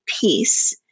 peace